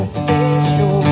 special